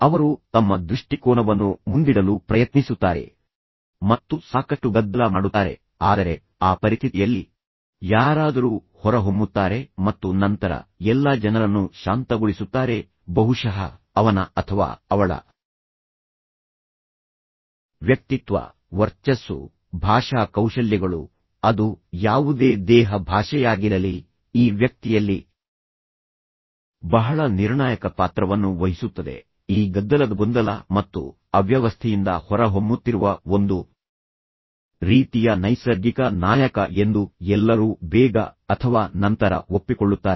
ಅವರು ತಮ್ಮ ದೃಷ್ಟಿಕೋನವನ್ನು ಮುಂದಿಡಲು ಪ್ರಯತ್ನಿಸುತ್ತಾರೆ ಮತ್ತು ಸಾಕಷ್ಟು ಗದ್ದಲ ಮಾಡುತ್ತಾರೆ ಆದರೆ ಆ ಪರಿಸ್ಥಿತಿಯಲ್ಲಿ ಯಾರಾದರೂ ಹೊರಹೊಮ್ಮುತ್ತಾರೆ ಮತ್ತು ನಂತರ ಎಲ್ಲಾ ಜನರನ್ನು ಶಾಂತಗೊಳಿಸುತ್ತಾರೆ ಬಹುಶಃ ಅವನ ಅಥವಾ ಅವಳ ವ್ಯಕ್ತಿತ್ವ ವರ್ಚಸ್ಸು ಭಾಷಾ ಕೌಶಲ್ಯಗಳು ಅದು ಯಾವುದೇ ದೇಹ ಭಾಷೆಯಾಗಿರಲಿ ಈ ವ್ಯಕ್ತಿಯಲ್ಲಿ ಬಹಳ ನಿರ್ಣಾಯಕ ಪಾತ್ರವನ್ನು ವಹಿಸುತ್ತದೆ ಈ ಗದ್ದಲದ ಗೊಂದಲ ಮತ್ತು ಅವ್ಯವಸ್ಥೆಯಿಂದ ಹೊರಹೊಮ್ಮುತ್ತಿರುವ ಒಂದು ರೀತಿಯ ನೈಸರ್ಗಿಕ ನಾಯಕ ಎಂದು ಎಲ್ಲರೂ ಬೇಗ ಅಥವಾ ನಂತರ ಒಪ್ಪಿಕೊಳ್ಳುತ್ತಾರೆ